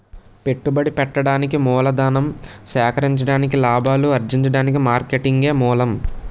పెట్టుబడి పెట్టడానికి మూలధనం సేకరించడానికి లాభాలు అర్జించడానికి మార్కెటింగే మూలం